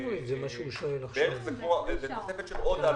של עוד עלות,